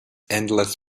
endless